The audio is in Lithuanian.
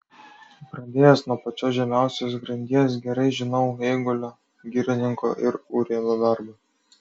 pradėjęs nuo pačios žemiausios grandies gerai žinau eigulio girininko ir urėdo darbą